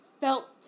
felt